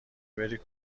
بری